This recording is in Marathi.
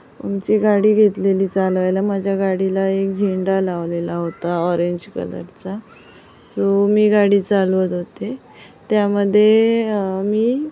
आमची गाडी घेतलेली चालवायला माझ्या गाडीला एक झेंडा लावलेला होता ऑरेंज कलरचा सो मी गाडी चालवत होते त्यामध्ये मी